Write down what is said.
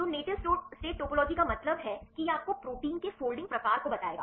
तो native state topology का मतलब है कि यह आपको प्रोटीन के फोल्डिंग प्रकार को बताएगा